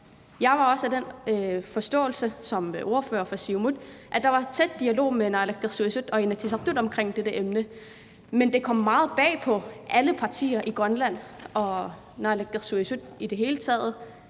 Jeg var også af den forståelse som ordfører for Siumut, at der var tæt dialog imellem naalakkersuisut og Inatsisartut omkring dette emne. Men det kom meget bag på alle partier i Grønland og naalakkersuisut i det hele taget,